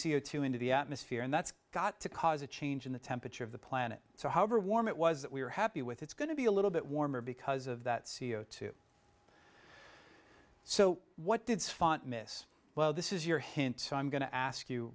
c o two into the atmosphere and that's got to cause a change in the temperature of the planet so however warm it was that we were happy with it's going to be a little bit warmer because of that c o two so what did miss well this is your hint so i'm going to ask you